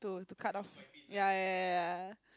for you to cut off ya ya ya